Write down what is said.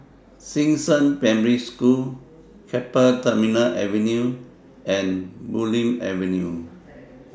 Xishan Primary School Keppel Terminal Avenue and Bulim Avenue